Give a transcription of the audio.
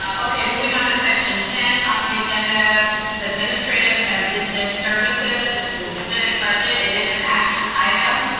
um okay, moving on to section ten on the agenda. this is administrative and business services, this is a tentative budget. it is an action item.